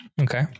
Okay